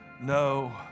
no